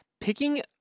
picking